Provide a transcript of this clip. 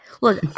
Look